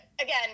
again